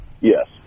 Yes